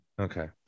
Okay